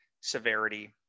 severity